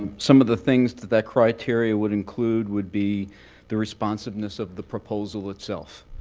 and some of the things that that criteria would include would be the responsiveness of the proposal itself,